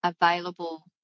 available